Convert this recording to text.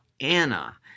Anna